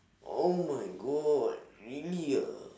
oh my god really ah